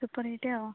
super hit ଆଉ